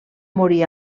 morir